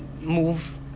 move